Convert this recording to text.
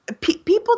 people